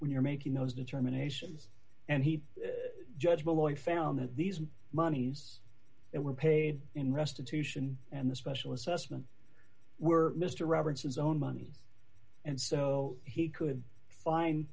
when you're making those determinations and he judge well i found that these monies were paid in restitution and the special assessment were mr robertson's own money and so he could find